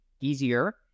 easier